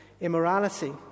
immorality